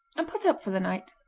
and put up for the night.